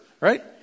right